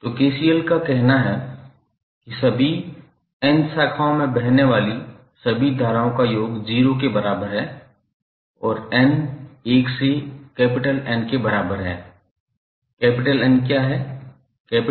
तो KCL का कहना है कि सभी n शाखाओं में बहने वाली सभी धाराओं का योग 0 के बराबर है और n 1 से N के बराबर है